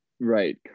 Right